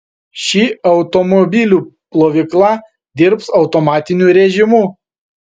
ši automobilių plovykla dirbs automatiniu rėžimu